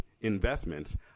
investments